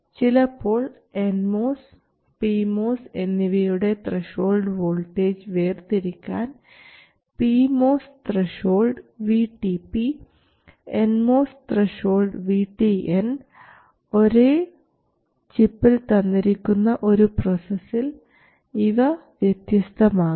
ചിലപ്പോൾ N MOS P MOS എന്നിവയുടെ threshold voltage വേർതിരിക്കാൻ P MOS threshold VTP N MOS threshold VTN ഒരേ ചിപ്പിൽ തന്നിരിക്കുന്ന ഒരു പ്രോസസ്സിൽ ഇവ വ്യത്യസ്തമാകാം